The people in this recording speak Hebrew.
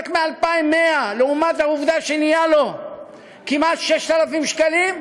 מ-2,100 לעומת העובדה שנהיה לו כמעט 6,000 שקלים?